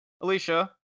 Alicia